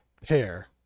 pair